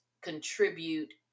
contribute